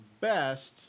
best